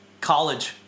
college